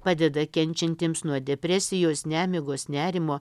padeda kenčiantiems nuo depresijos nemigos nerimo